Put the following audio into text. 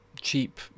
cheap